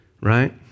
right